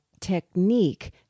technique